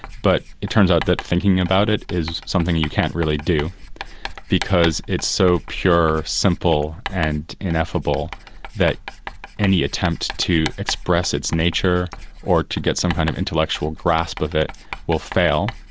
but it turns out that thinking about it is something you can't really do because it's so pure, simple and ineffable that any attempt to express its nature or to get some kind of intellectual grasp of it will fail.